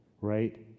right